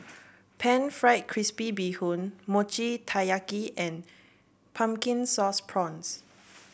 pan fried crispy Bee Hoon Mochi Taiyaki and Pumpkin Sauce Prawns